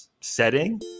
setting